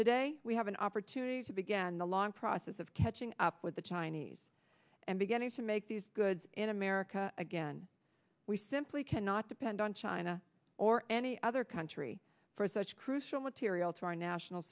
today we have an opportunity to began the long process of catching up with the chinese and beginning to make these goods in america again we simply cannot depend on china or any other country for such crucial material to our national